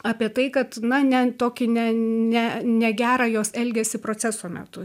apie tai kad na ne tokį ne ne negerą jos elgesį proceso metu